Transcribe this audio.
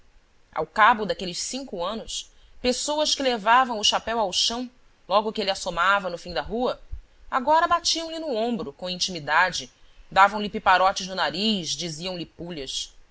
ao cabo daqueles cinco anos pessoas que levavam o chapéu ao chão logo que ele assomava no fim da rua agora batiam-lhe no ombro com intimidade davam-lhe piparotes no nariz